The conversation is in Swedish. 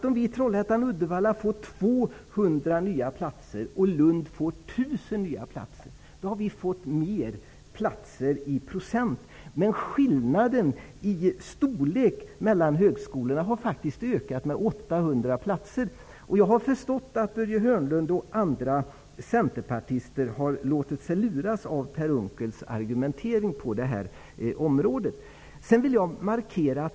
Om vi i Trollhättan/Uddevalla får 200 nya platser och Lund får 1 000 nya platser, har vi fått mera i procent räknat. Men skillnaden i storlek mellan högskolorna har faktiskt ökat med 800 platser. Jag har förstått att Börje Hörnlund och andra centerpartister har låtit sig luras av Per Unckels argumentering på detta område.